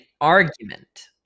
argument